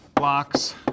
blocks